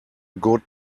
good